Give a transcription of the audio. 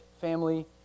family